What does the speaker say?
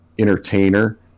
entertainer